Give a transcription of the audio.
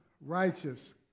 righteous